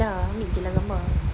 takpe lah ambil jer lah gambar